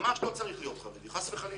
ממש לא צריך להיות חרדי, חס וחלילה.